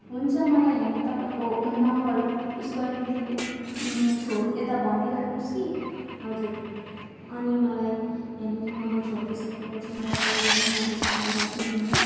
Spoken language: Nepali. हुन्छ मलाई यहाँनिर तपाईँको नम्बर उयो गरेदेखि छ यता भनिदिइ राख्नु होस् कि हजुर अनि मलाई यहाँनेरि नम्बर छोडिदिइ सक्यो पछि म तपाईँलाई बिहान नै नौ बजी कल गर्छु नि हुन्छ